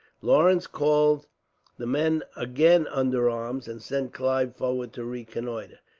lawrence called the men again under arms, and sent clive forward to reconnoitre.